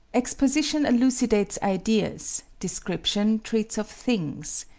exposition elucidates ideas, description treats of things.